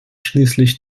schließlich